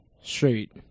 Straight